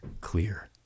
clear